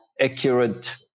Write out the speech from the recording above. accurate